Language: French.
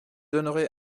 donnerai